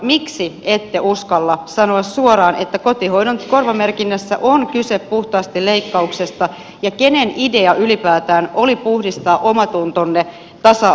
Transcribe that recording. miksi ette uskalla sanoa suoraan että kotihoidon tuen korvamerkinnässä on kyse puhtaasti leikkauksesta ja kenen idea ylipäätään oli puhdistaa omatuntonne tasa arvohölinällä